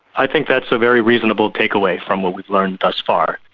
i think that's a very reasonable take-away from what we've learned thus far.